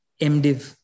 MDiv